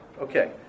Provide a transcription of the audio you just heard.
Okay